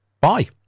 bye